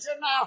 now